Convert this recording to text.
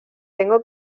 tengo